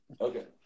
Okay